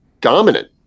dominant